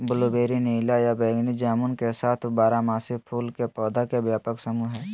blueberry नीला या बैगनी जामुन के साथ बारहमासी फूल के पौधा के व्यापक समूह हई